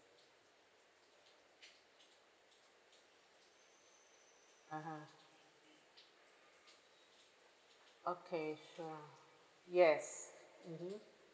a'ah okay sure yes mmhmm